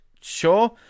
Sure